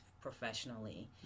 professionally